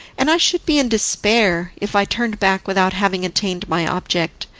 and i should be in despair if i turned back without having attained my object.